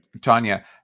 Tanya